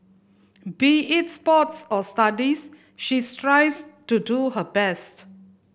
be it sports or studies she strives to do her best